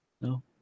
No